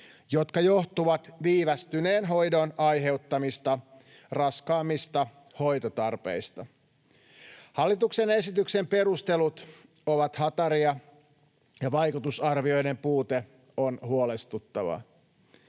jotka johtuvat viivästyneen hoidon aiheuttamista raskaammista hoitotarpeista. Hallituksen esityksen perustelut ovat hataria, ja vaikutusarvioiden puute on huolestuttava.